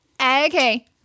Okay